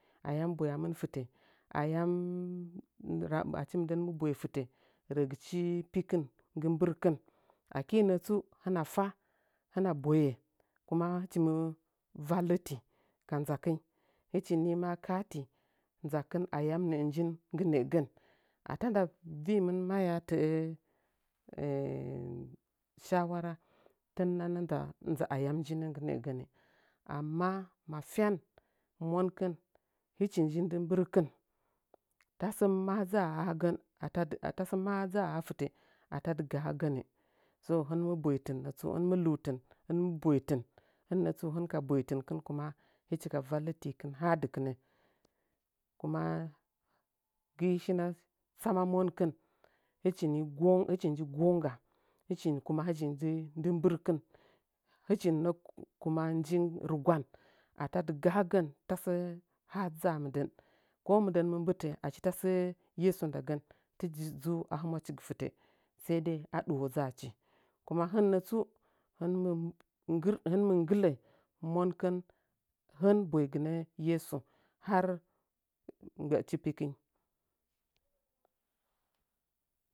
Ayam achi mɨndən mɨ boye fitə rəgichi pikɨn nggɨ mbɨrkɨn aki nətsu hɨna fa hɨna boye kuma hɨchimɨ valleti ka nzakɨn uɨchini ma kakati nzakɨn ayam nəə njin nggɨ nəəgən atanda vɨmɨn maya tə'ə shawara tɨn nana nza ayam nəə ndini nəgən amma mafa in monkɨn həchi nji ndɨ mbɨrkɨn tasə ma dza a hagən ata dɨ tosə, ma dza a ha fɨto ata dɨga hagən so hɨn mɨ boitin nətsu hɨn mɨ intɨn hɨmɨ boytɨn kuma hɨchi ka vallidikin ha dɨkɨnə, ku ma gɨi shina tsama makin hɨchi ni hɨchillnji gonga hɨchi nə kuma nji rɨgwon ata dɨgahagən tasə ha dza mɨndən ko mɨndan mɨ mbɨtə achi tasə yeso ndagən tɨchi din a hɨmwachigɨ fɨtə sai dai a ɗuwo dzachi kuma hɨnnətsu hɨn mɨ nggɨlə monkɨn hin boigɨn yeso har mgbəchic pikinyi.